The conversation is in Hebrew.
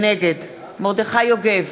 נגד מרדכי יוגב,